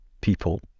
people